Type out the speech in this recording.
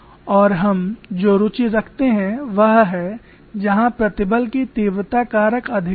और हम जो रुचि रखते हैं वह है जहां प्रतिबल की तीव्रता कारक अधिकतम है